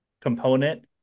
component